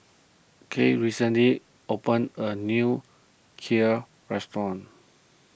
Kate recently opened a new Kheer restaurant